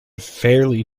fairly